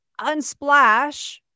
Unsplash